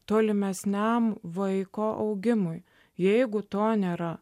tolimesniam vaiko augimui jeigu to nėra